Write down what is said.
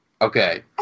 Okay